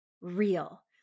real